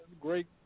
great